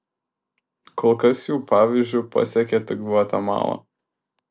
kol kas jų pavyzdžiu pasekė tik gvatemala